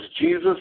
Jesus